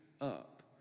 up